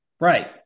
Right